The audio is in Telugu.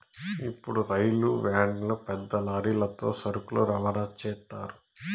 ఇప్పుడు రైలు వ్యాన్లు పెద్ద లారీలతో సరుకులు రవాణా చేత్తారు